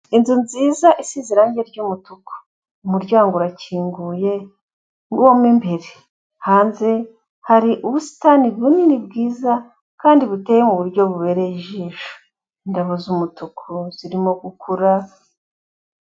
Inzu nziza isize irangi ry'umutuku, umuryango urakinguye nguwo mo imbere, hanze hari ubusitani bunini bwiza kandi buteye mu buryo bubereye ijisho, indabo z'umutuku zirimo gukura.